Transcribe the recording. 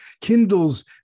kindles